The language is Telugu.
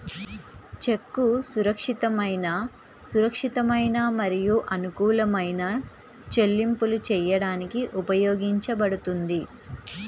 చెక్కు సురక్షితమైన, సురక్షితమైన మరియు అనుకూలమైన చెల్లింపులు చేయడానికి ఉపయోగించబడుతుంది